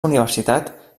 universitat